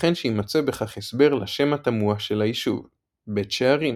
ייתכן שיימצא בכך הסבר לשם התמוה של היישוב - 'בית שערים'